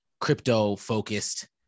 crypto-focused